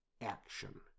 action